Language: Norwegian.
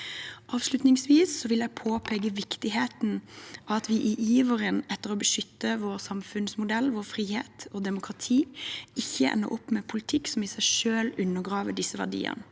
Avslutningsvis vil jeg påpeke viktigheten av at vi i iveren etter å beskytte vår samfunnsmodell, vår frihet og vårt demokrati ikke ender opp med politikk som i seg selv undergraver disse verdiene,